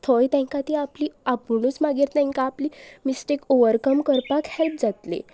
थंय तांकां ती आपली आपुणूच मागीर तांकां आपली मिस्टेक ओवरकम करपाक हेल्प जातली